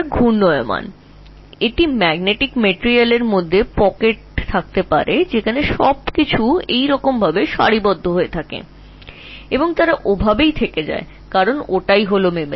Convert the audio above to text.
সুতরাং কোনও চৌম্বকীয় উপাদানের মধ্যে পকেট থাকতে পারে যেখানে সমস্ত জিনিস একইভাবে একত্রিত আছে এবং সেগুলি একইভাবে থাকে কারণ এটি স্মৃতি